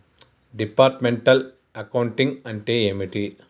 Departmental accounting అంటే ఏమిటి?